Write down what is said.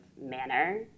manner